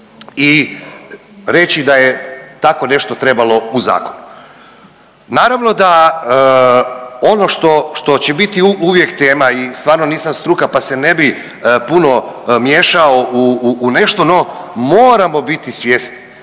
i reći da je tako nešto trebalo u zakonu. Naravno da ono što, što će biti uvijek tema i stvarno nisam struka pa se ne bi puno miješao u nešto no moramo biti svjesni